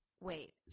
wait